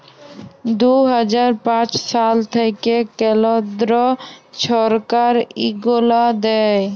দু হাজার পাঁচ সাল থ্যাইকে কেলদ্র ছরকার ইগলা দেয়